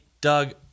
Doug